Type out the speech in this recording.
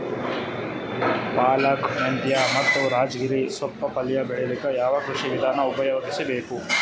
ಪಾಲಕ, ಮೆಂತ್ಯ ಮತ್ತ ರಾಜಗಿರಿ ತೊಪ್ಲ ಪಲ್ಯ ಬೆಳಿಲಿಕ ಯಾವ ಕೃಷಿ ವಿಧಾನ ಉಪಯೋಗಿಸಿ ಬೇಕು?